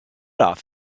off